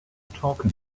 talking